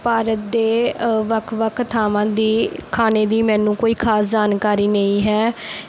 ਭਾਰਤ ਦੇ ਵੱਖ ਵੱਖ ਥਾਵਾਂ ਦੀ ਖਾਣੇ ਦੀ ਮੈਨੂੰ ਕੋਈ ਖ਼ਾਸ ਜਾਣਕਾਰੀ ਨਹੀਂ ਹੈ